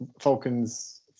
falcons